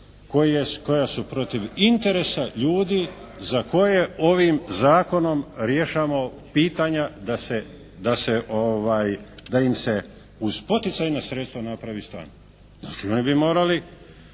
koja su protiv interesa ljudi za koje ovim zakonom rješavamo pitanja da im se uz poticajna sredstva napravi stan …/Govornik